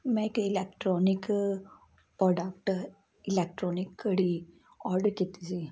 ਮੈਂ ਕਈ electronic product electronic ਘੜੀ ਆਡਰ ਕੀਤੀ ਸੀ